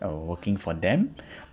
working for them